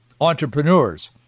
entrepreneurs